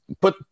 put